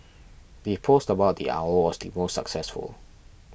the post about the owl was the most successful